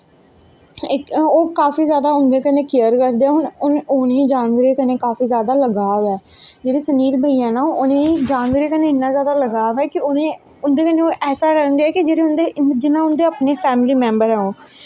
ओह् काफी जादा उंदे कन्नैं केयर करदे ऐ उ'नेंगी जानवरें कन्नैं काफी जादा लगाव ऐ जेह्ढ़े सुनिल भाईया नै उनैं जानवरें कन्नैं इन्ना लगाव ऐ कि उनें उंदे कन्नैं इयां रैंह्दे ऐं जियां उंगदे अपनें फैमली मैंबर होन